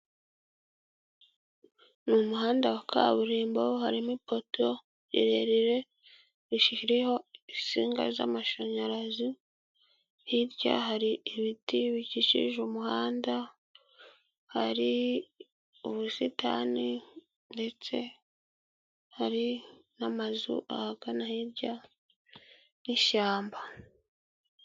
Ni umuhanda wa kaburimbo harimo ipoto rirere ririho isinga z'amashanyarazi, hirya hari ibiti bikikije umuhanda, hari ubusitani ndetse hari n'amazu ahagana hirya n'ishyamba.